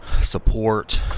support